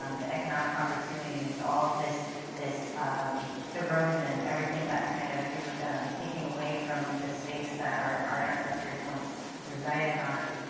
um the economic opportunities, all of this this erosion, everything that is kind of taking away from the space that our our ancestors once resided on,